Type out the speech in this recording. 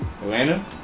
Atlanta